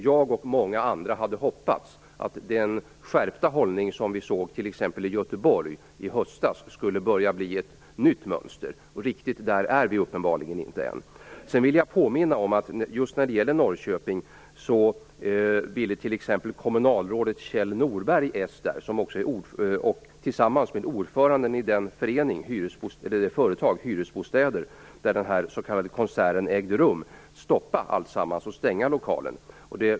Jag och många andra hade hoppats att den skärpta hållning som vi såg i t.ex. Göteborg i höstas skulle bli ett nytt mönster. Uppenbarligen är vi inte riktigt där än. Jag vill också påminna om att kommunalrådet i konserten ägde rum, ville stoppa alltsammans och stänga lokalen.